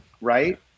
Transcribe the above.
right